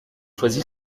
choisi